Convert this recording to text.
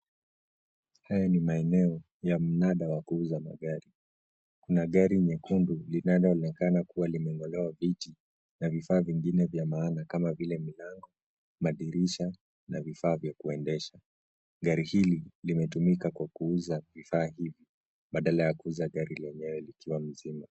Haya ni maeneo ya mnada wa kuuza magari. Na gari nyekundu linaloonekana kawa limeng'olewa viti, na vifaa vingine vya maana kama vile: milango, madirisha na vifaa vya kuendesha. Gari hili limetumika kwa kuuza vifaa hiyvo badala ya kuuza gari lenyewe likiwa mzima.